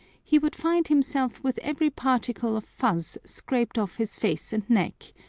he would find himself with every particle of fuzz scraped off his face and neck,